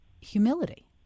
humility